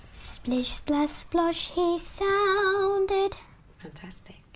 splish, splash splosh he sounded' fantastic!